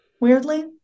Weirdly